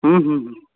ہوں ہوں ہوں